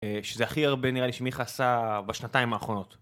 שזה הכי הרבה נראה לי שמיכה עשה בשנתיים האחרונות.